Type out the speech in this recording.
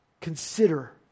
consider